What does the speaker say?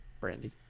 Brandy